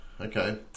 Okay